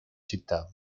città